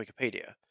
Wikipedia